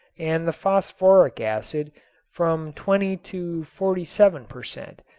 and the phosphoric acid from twenty to forty-seven per cent.